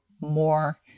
more